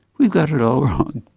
we've got it all wrong.